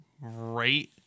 right